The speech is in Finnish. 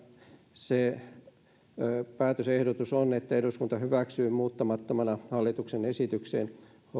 ja päätösehdotus on että eduskunta hyväksyy muuttamattomana hallituksen esitykseen